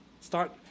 Start